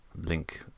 Link